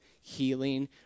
healing